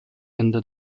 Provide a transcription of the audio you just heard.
ende